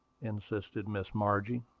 insisted miss margie.